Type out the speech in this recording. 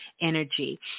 energy